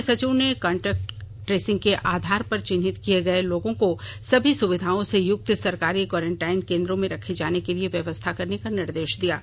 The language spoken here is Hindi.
मुख्य सचिव ने कांटेक्ट ट्रेसिंग के आधार पर चिन्हित किए गए लोगों को सभी सुविधाओं से युक्त सरकारी क्वारेंटाइन केंद्रों में रखे जाने के लिए व्यवस्था करने का निर्देश दिया